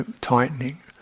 tightening